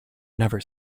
never